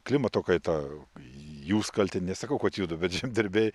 klimato kaitą jūs kalti nesakau kad judu bet žemdirbiai